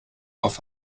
auf